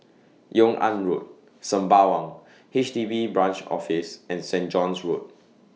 Yung An Road Sembawang H D B Branch Office and Saint John's Road